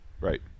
right